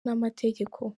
n’amategeko